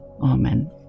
Amen